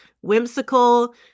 whimsical